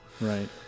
Right